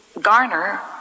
garner